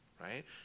right